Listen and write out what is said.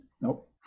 Nope